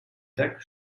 tak